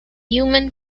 human